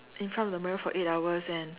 in front of the mirror for eight hours and